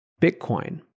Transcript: Bitcoin